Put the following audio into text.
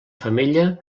femella